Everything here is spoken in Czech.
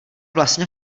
vlastně